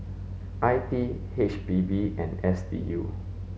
I P H P B and S D U